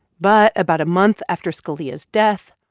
but about a month after scalia's death,